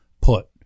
put